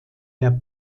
der